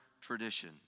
tradition